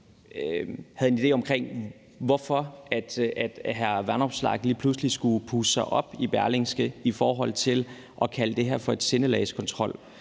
forundret over, hvorfor hr. Alex Vanopslagh lige pludselig skulle puste sig op i Berlingske i forhold til at kalde det her for sindelagskontrol.